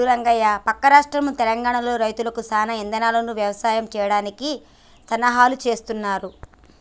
సూడు రంగయ్య పక్క రాష్ట్రంలో తెలంగానలో రైతులకు సానా ఇధాలుగా యవసాయం సెయ్యడానికి సన్నాహాలు సేస్తున్నారు